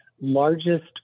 Largest